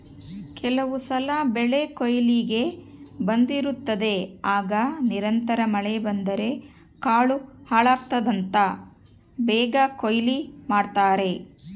ಕೆಲವುಸಲ ಬೆಳೆಕೊಯ್ಲಿಗೆ ಬಂದಿರುತ್ತದೆ ಆಗ ನಿರಂತರ ಮಳೆ ಬಂದರೆ ಕಾಳು ಹಾಳಾಗ್ತದಂತ ಬೇಗ ಕೊಯ್ಲು ಮಾಡ್ತಾರೆ